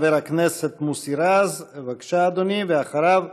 חבר הכנסת מוסי רז, בבקשה, אדוני, ואחריו,